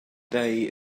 day